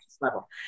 level